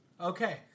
Okay